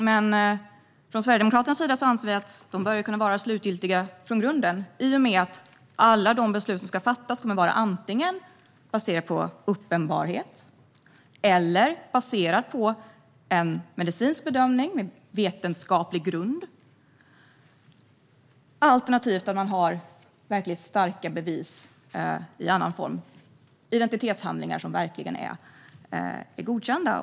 Men vi sverigedemokrater anser att de bör kunna vara slutgiltiga i och med att alla de beslut som ska fattas ska vara baserade antingen på uppenbarhet eller på en medicinsk bedömning på vetenskaplig grund, alternativt på att det finns verkligt starka bevis i annan form, som godkända och styrkta identitetshandlingar.